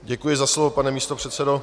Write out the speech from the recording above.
Děkuji za slovo, pane místopředsedo.